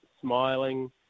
smiling